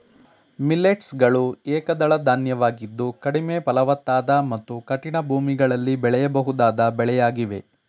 millets ಗಳು ಏಕದಳ ಧಾನ್ಯವಾಗಿದ್ದು ಕಡಿಮೆ ಫಲವತ್ತಾದ ಮತ್ತು ಕಠಿಣ ಭೂಮಿಗಳಲ್ಲಿ ಬೆಳೆಯಬಹುದಾದ ಬೆಳೆಯಾಗಿವೆ